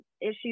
issue